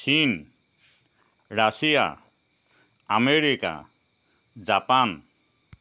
চীন Russia America Japan